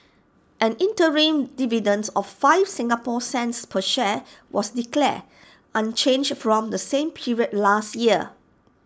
an interim dividend of five Singapore cents per share was declared unchanged from the same period last year